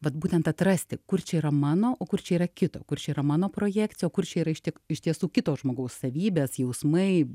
vat būtent atrasti kur čia yra mano o kur čia yra kito kur čia yra mano projekcija o kur čia yra iš tik iš tiesų kito žmogaus savybės jausmai